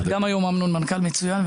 גם היום אמנון הוא מנכ"ל מצוין,